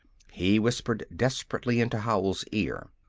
he whispered desperately into howell's ear.